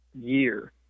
year